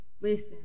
listen